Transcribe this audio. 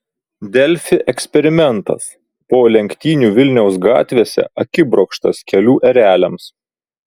delfi eksperimentas po lenktynių vilniaus gatvėse akibrokštas kelių ereliams